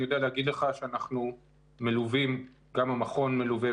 אני יודע להגיד לך שאנחנו מלווים גם המכון מלווה,